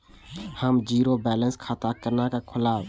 हम zero balance खाता केना खोलाब?